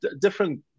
different